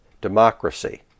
democracy